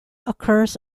occurs